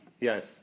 Yes